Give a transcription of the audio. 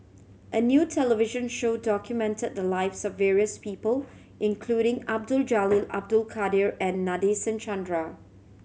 a new television show documented the lives of various people including Abdul Jalil Abdul Kadir and Nadasen Chandra